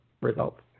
results